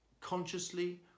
consciously